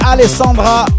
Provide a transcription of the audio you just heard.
Alessandra